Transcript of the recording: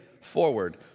forward